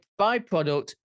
byproduct